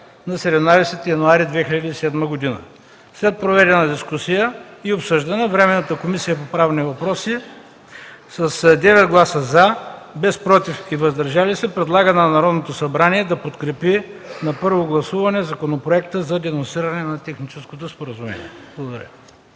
на 17 януари 2007 г. След проведената дискусия и обсъждане Временната комисия по правни въпроси с девет гласа „за”, без „против” и „въздържали се” предлага на Народното събрание да подкрепи на първо гласуване Законопроекта за денонсиране на Техническото споразумение.” Благодаря.